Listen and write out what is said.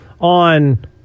on